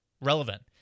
relevant